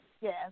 Yes